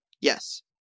Yes